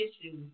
issues